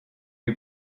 lui